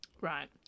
Right